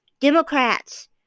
Democrats